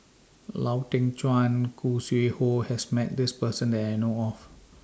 Lau Teng Chuan Khoo Sui Hoe has Met This Person that I know of